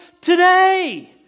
today